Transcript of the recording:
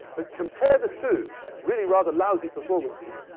but compare the two really rather lousy performances.